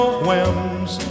whims